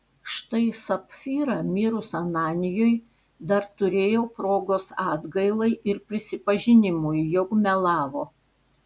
štai sapfyra mirus ananijui dar turėjo progos atgailai ir prisipažinimui jog melavo